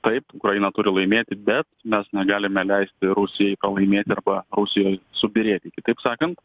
taip ukraina turi laimėti bet mes negalime leisti rusijai palaimėti arba rusijai subyrėti kitaip sakant